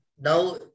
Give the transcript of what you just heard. now